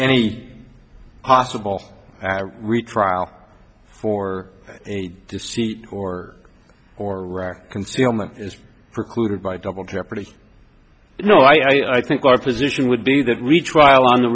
any possible retrial for deceit or or concealment is precluded by double jeopardy no i think our position would be that retrial on the